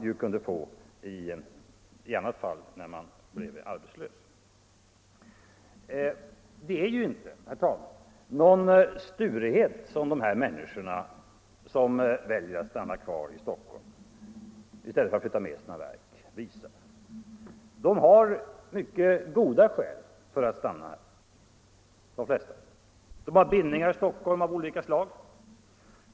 147 Det är ju inte, herr talman, någon sturighet som de visar som väljer att stanna kvar i Stockholm i stället för att flytta med sina verk. De flesta har mycket goda skäl för att stanna här. Man har bindningar i Stockholm av olika slag.